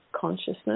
consciousness